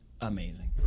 amazing